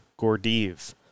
Gordiev